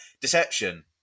deception